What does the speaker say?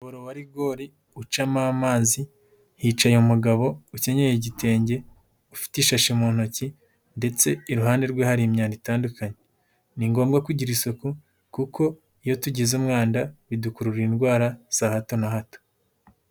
Umuyoboro wa rigori ucamo amazi, hicaye umugabo ukenyeye igitenge, ufite ishashi mu ntoki ndetse iruhande rwe hari imyanda itandukanye, ni ngombwa kugira isuku, kuko iyo tugize umwanda bidukurura indwara za hato na hato.